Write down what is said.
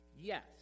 yes